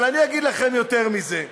אבל אני אגיד לכם יותר מזה.